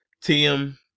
Tim